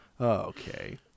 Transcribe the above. Okay